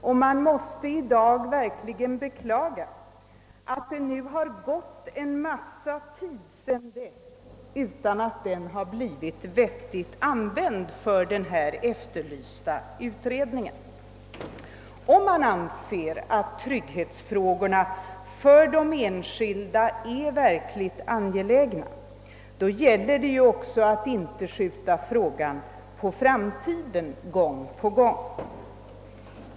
Och man måste i dag verkligen beklaga att det gått lång tid sedan dess utan att denna har blivit vettigt använd för den efterlysta utredningen. Om man anser att det verkligen är angeläget att lösa trygghetsfrågorna för de enskilda gäller det ju att inte skjuta dessa ting på framtiden gång efter annan.